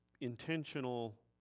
intentional